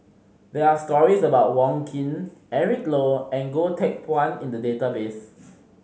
there are stories about Wong Keen Eric Low and Goh Teck Phuan in the database